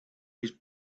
his